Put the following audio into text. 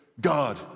God